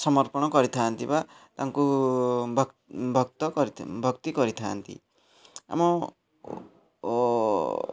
ସମର୍ପଣ କରିଥାନ୍ତି ବା ତାଙ୍କୁ ଭକ୍ତି କରିଥାନ୍ତି ଆମ ଓ